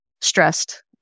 stressed